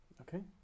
Okay